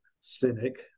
cynic